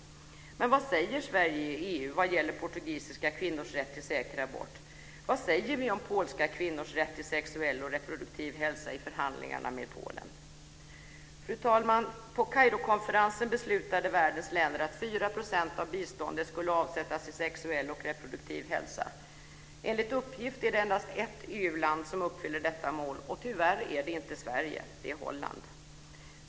Men vad säger Sverige i EU vad gäller portugisiska kvinnors rätt till säker abort? Vad säger vi om polska kvinnors rätt till sexuell reproduktiv hälsa i förhandlingarna med Polen? Fru talman! På Kairokonferensen beslutade världens länder att 4 % av biståndet skulle avsättas till sexuell och reproduktiv hälsa. Enligt uppgift är det endast ett EU-land som uppfyller detta mål, och tyvärr är det inte Sverige. Det är Holland.